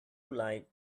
like